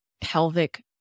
pelvic